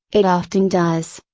it often does,